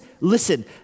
listen